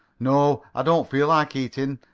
no. i don't feel like eating.